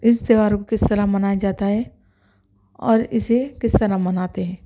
اس تیوہاروں کو کس طرح منایا جاتا ہے اور اسے کس طرح مناتے ہیں